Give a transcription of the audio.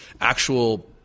actual